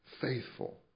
faithful